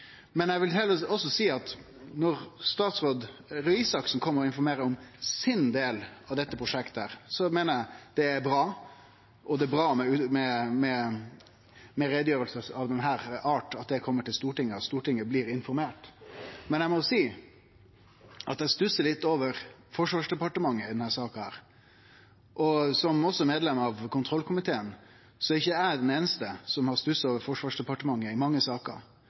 Men eg vil også seie at når statsråd Røe Isaksen kjem og informerer om sin del av dette prosjektet, meiner eg det er bra – det er bra at slike utgreiingar blir haldne i Stortinget, og at Stortinget blir informert. Men eg må seie at eg stussar litt over Forsvarsdepartementet i denne saka, og også som medlem av kontroll- og konstitusjonskomiteen kan eg seie at eg ikkje er den einaste som har stussa over Forsvarsdepartementet i mange saker.